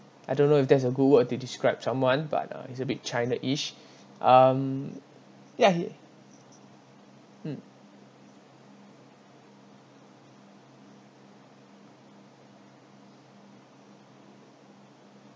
I don't know if that's a good word to describe someone but uh he's a bit china ish um ya he mm